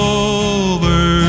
over